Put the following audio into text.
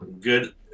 Good